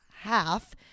half